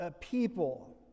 people